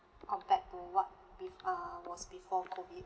compared to what we've err was before COVID